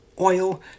Oil